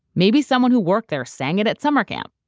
maybe someone who worked there sang it at summer camp.